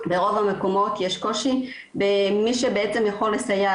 בחצי הכוס המלאה כמובן נגיד גם שהמשרד,